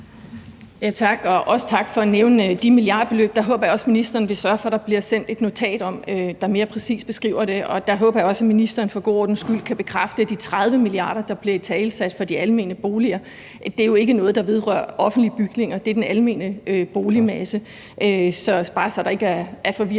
også tak for at nævne de milliardbeløb. Der håber jeg også, ministeren vil sørge for, at der bliver sendt et notat, der mere præcist beskriver det. Der håber jeg også, at ministeren for god ordens skyld kan bekræfte, at de 30 mia. kr., der blev italesat for de almene boliger, jo ikke er noget, der vedrører offentlige bygninger. Det er den almene boligmasse. Det er bare, så der ikke er forvirring